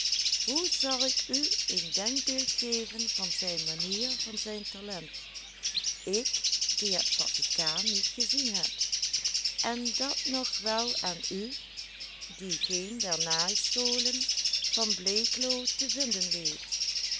hoe zal ik u een denkbeeld geven van zijn manier van zijn talent ik die het vaticaan niet gezien heb en dat nog wel aan u die geen der naaischolen van bleekloo te vinden weet